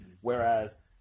Whereas